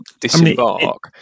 disembark